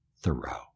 Thoreau